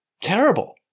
terrible